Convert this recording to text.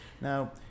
now